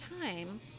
time